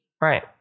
Right